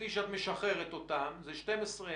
זה בדיוק מה שאנחנו רוצים לעשות.